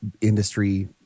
industry